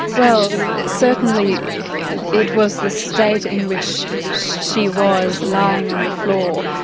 well certainly it it was the state in which she was lying on the floor,